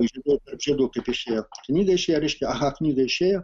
žiedai tarp žiedų kaip išėjo knyga išėjo reiškia aha knyga išėjo